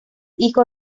hijo